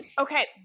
Okay